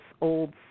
old